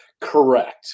Correct